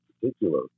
particular